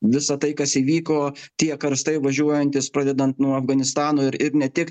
visa tai kas įvyko tie karstai važiuojantys pradedant nuo afganistano ir ir ne tik